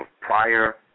prior